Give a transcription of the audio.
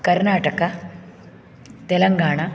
Karnataka Telangana